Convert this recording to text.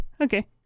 okay